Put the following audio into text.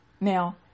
Now